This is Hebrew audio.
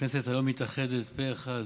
הכנסת היום מתאחדת פה אחד,